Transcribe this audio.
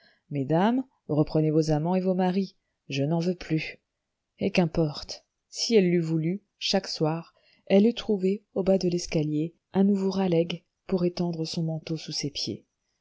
mesdames reprenez vos amants et vos maris je n'en veux plus et qu'importe si elle l'eût voulu chaque soir elle eût trouvé au bas de l'escalier un nouveau raleigh pour étendre son manteau sous ses pieds